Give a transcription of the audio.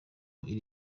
iri